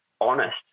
honest